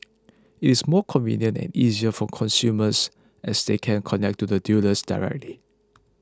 it is more convenient and easier for consumers as they can connect to the dealers directly